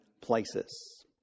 places